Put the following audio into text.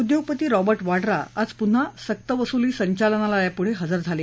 उद्योगपती रॉबर्ट वाडूा आज पुन्हा सक्तवसुली संचालनालयापुढे हजर झाले